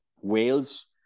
Wales